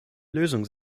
lösung